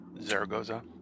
Zaragoza